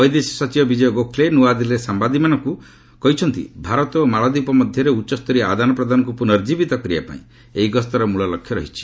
ବୈଦେଶିକ ସଚିବ ବିଜୟ ଗୋଖ୍ଲେ ନୂଆଦିଲ୍ଲୀରେ ସାମ୍ଭାଦିକମାନଙ୍କୁ କହିଛନ୍ତି ଭାରତ ଓ ମାଳଦ୍ୱୀପ ମଧ୍ୟରେ ଉଚ୍ଚସ୍ତରୀୟ ଆଦାନ ପ୍ରଦାନକୁ ପୁନର୍କୀବିତ କରିବାପାଇଁ ଏହି ଗସ୍ତର ମୂଳଲକ୍ଷ୍ୟ ରହିଛି